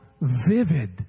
vivid